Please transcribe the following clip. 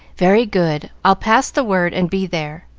very good i'll pass the word and be there.